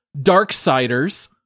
Darksiders